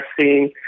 seeing